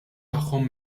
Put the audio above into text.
tagħhom